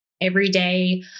everyday